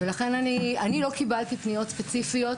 אני לא קיבלתי פניות ספציפיות,